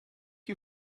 you